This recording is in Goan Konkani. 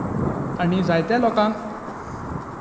आनी जायत्या लोकांक